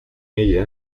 ella